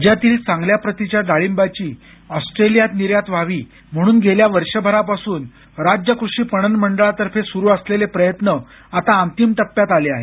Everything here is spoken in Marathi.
राज्यातील चांगल्या प्रतीच्या डाळिंबाची ऑस्ट्रेलियात निर्यात व्हावी म्हणून गेल्या वर्षभरापासून राज्य कृषी पणन मंडळातर्फे सुरु असलेले प्रयत्न आता अंतिम टप्प्यात आले आहेत